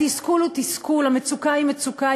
התסכול הוא תסכול, המצוקה היא מצוקה.